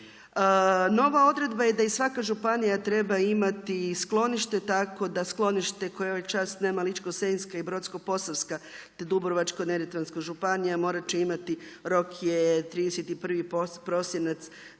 Nova odredba je da i svaka županija treba imati sklonište, tako da sklonište koje ovaj čas nema Ličko-senjska i Brodsko-posavska, te Dubrovačko-neretvanska županija. Morat će imati, rok je 31. prosinac